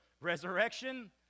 Resurrection